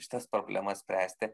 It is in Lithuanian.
šitas problemas spręsti